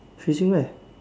facing where